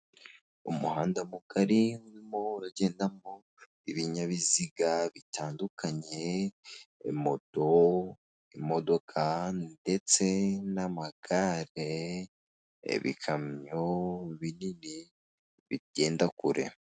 Umuhanda mugari urimo uragendamo ibinyabiziga bitandukanye, moto imodoka ndetse n'amagare ibikamyo binini bigenda kure.